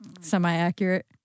semi-accurate